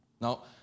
Now